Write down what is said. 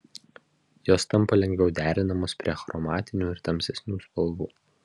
jos tampa lengviau derinamos prie achromatinių ir tamsesnių spalvų